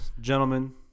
gentlemen